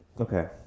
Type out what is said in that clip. Okay